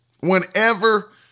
Whenever